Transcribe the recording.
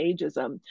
ageism